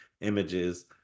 images